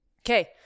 Okay